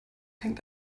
hängt